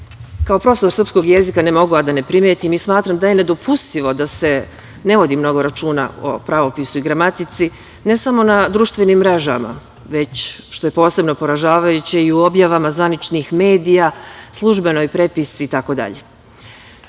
profesor srpskog jezika ne mogu a da ne primetim i smatram da je nedopustivo da se ne vodi mnogo računa o pravopisu i gramatici ne samo na društvenim mrežama, već što je posebno poražavajuće, i u objavama zvaničnih medija, službenoj prepisci itd. Ovom